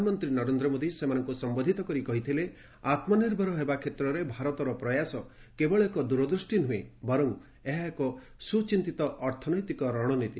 ପ୍ରଧାନମନ୍ତ୍ରୀ ନରେନ୍ଦ୍ର ମୋଦୀ ସେମାନଙ୍କୁ ସମ୍ବୋଧିତ କରି କହିଥିଲେ ଆତ୍କ ନିର୍ଭର ହେବା କ୍ଷେତ୍ରରେ ଭାରତର ପ୍ରୟାସ କେବଳ ଏକ ଦୂରଦୃଷ୍ଟି ନୁହେଁ ବରଂ ଏହା ଏକ ସୁଚିନ୍ତିତ ଅର୍ଥନୈତିକ ରଶନୀତି